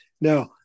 Now